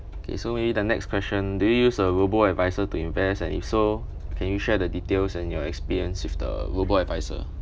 okay so maybe the next question do you use a robo-adviser to invest and if so can you share the details and your experience with the robo-adviser